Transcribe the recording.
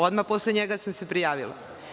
Odmah posle njega sam se prijavila.